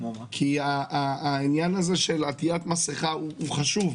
כי העניין הזה של עטית מסכה הוא חשוב,